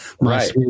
right